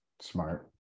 smart